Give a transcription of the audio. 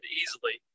easily